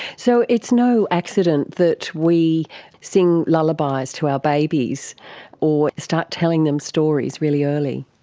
so it's no accident that we sing lullabies to our babies or start telling them stories really early?